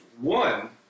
One